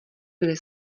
byly